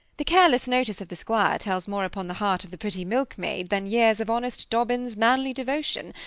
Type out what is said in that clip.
the careless notice of the squire tells more upon the heart of the pretty milk-maid than years of honest dobbin's manly devotion,